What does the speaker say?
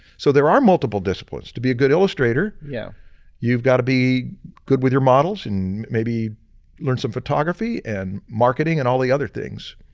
so, there are multiple disciplines. to be a good illustrator, yeah you've got to be good with your models and maybe learn some photography and marketing and all the other things.